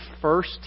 first